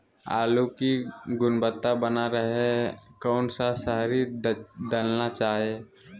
आलू की गुनबता बना रहे रहे कौन सा शहरी दलना चाये?